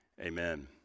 amen